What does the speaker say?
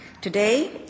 Today